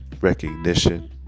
recognition